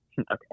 Okay